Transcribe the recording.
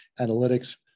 analytics